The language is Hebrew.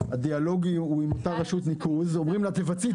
הדיאלוג הוא עם אותה רשות ניקוז שאומרים לה לבצע.